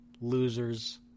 losers